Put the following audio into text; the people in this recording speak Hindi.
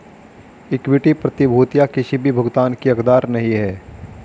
इक्विटी प्रतिभूतियां किसी भी भुगतान की हकदार नहीं हैं